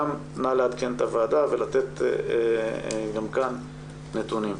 נא לעדכן את הוועדה ולתת גם כאן נתונים.